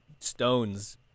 Stones